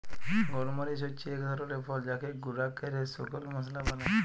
গল মরিচ হচ্যে এক ধরলের ফল যাকে গুঁরা ক্যরে শুকল মশলা বালায়